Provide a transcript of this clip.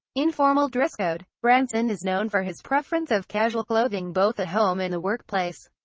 informal dress code branson is known for his preference of casual clothing both at home and the workplace.